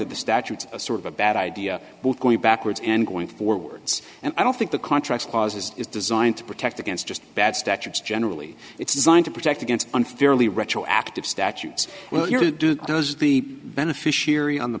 of the statute sort of a bad idea both going backwards and going forwards and i don't think the contracts clauses is designed to protect against just bad statutes generally it's designed to protect against unfairly retroactive statutes well you do does the beneficiary on the